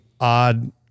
odd